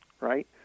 right